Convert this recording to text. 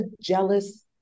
jealous